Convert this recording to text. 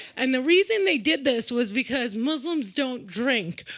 and the reason they did this was because muslims don't drink.